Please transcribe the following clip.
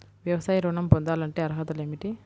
వ్యవసాయ ఋణం పొందాలంటే అర్హతలు ఏమిటి?